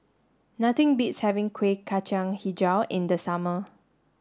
nothing beats having Kuih Kacang Hijau in the summer